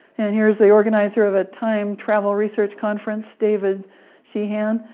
and here's the organizer of a time travel research conference, david sheehan,